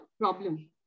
problem